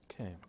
Okay